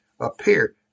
appear